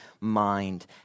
mind